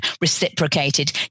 reciprocated